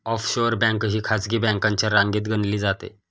offshore bank ही खासगी बँकांच्या रांगेत गणली जाते